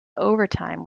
overtime